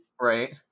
right